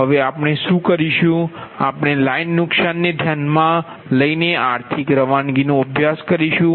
હવે આપણે શું કરીશું આપણે લાઈન નુકસાનને ધ્યાનમાં લઈને આર્થિક રવાનગીનો અભ્યાસ કરીશું